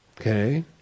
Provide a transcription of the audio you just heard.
Okay